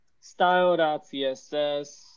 style.css